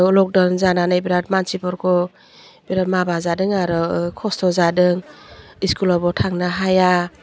lockdown जानानै बिराद मानसिफोरखौ बिराद माबा जादों आरो खस्थ' जादों इस्कुलावबो थांनो हाया